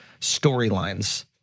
storylines